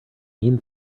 mean